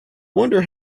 wonder